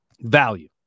value